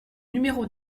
numéro